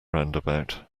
roundabout